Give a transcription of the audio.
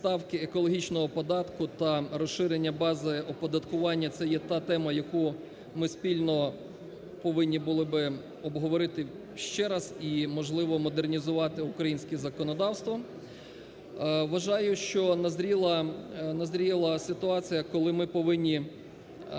ставки екологічного податку та розширення бази оподаткування, це є та тема, яку ми спільно повинні були би обговорити ще раз і, можливо, модернізувати українське законодавство. Вважаю, що назріла ситуація, коли ми повинні